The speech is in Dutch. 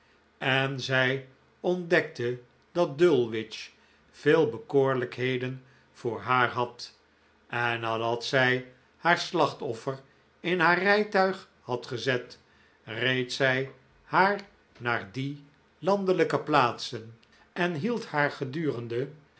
en zij ontdekte dat dulwich veel bekoorlijkheden voor haar had en nadat zij haar slachtoffer in haar rijtuig had gezet reed zij haar naar die landelijke plaatsen en hield haar gedurende